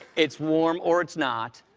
it's warm or it's not.